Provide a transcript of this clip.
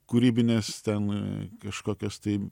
kūrybinės ten kažkokios tai